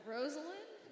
Rosalind